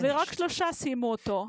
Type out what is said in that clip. ורק שלושה סיימו אותו.